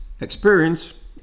experience